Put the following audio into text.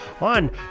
on